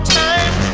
time